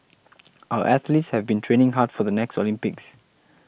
our athletes have been training hard for the next Olympics